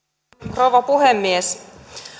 rouva puhemies